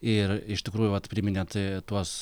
ir iš tikrųjų vat priminėt tuos